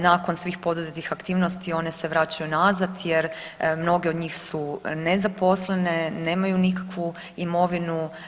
Nakon svih poduzetih aktivnosti one se vraćaju nazad jer mnoge od njih su nezaposlene, nemaju nikakvu imovinu.